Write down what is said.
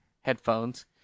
headphones